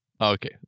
Okay